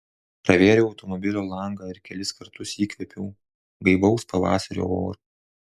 pravėriau automobilio langą ir kelis kartus įkvėpiau gaivaus pavasario oro